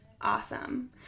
Awesome